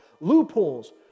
Loopholes